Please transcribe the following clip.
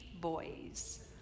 boys